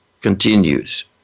continues